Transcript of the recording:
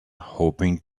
hoping